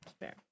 Fair